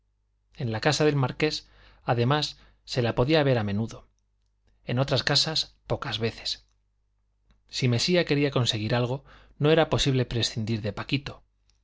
en la casa del marqués además se la podía ver a menudo en otras casas pocas veces si mesía quería conseguir algo no era posible prescindir de paquito